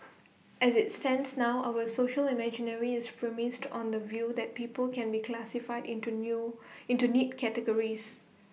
as IT stands now our social imaginary is premised on the view that people can be classified into new into neat categories